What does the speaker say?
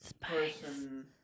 person